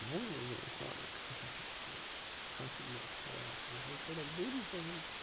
بونٕسبل park ہسا چھِ اَسہِ ییٚتہِ سۅ نہَ سا سۅ ہَسا چھِ تھوڑا دوٗرٕے پَہن تہٕ